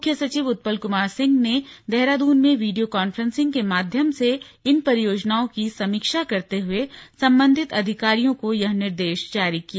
मुख्य सचिव उत्पल कुमार सिंह देहरादून में वीडियो कॉन्फ्रेंसिंग के माध्यम से इन परियोजनाओं की समीक्षा करते हुए संबंधित अधिकारियों को यह निर्देश जारी किए